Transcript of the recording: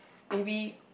maybe